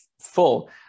full